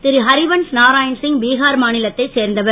திருஹரிவன்ஸ் நாராயண் சிங் பீகார் மாநிலத்தை சேர்ந்தவர்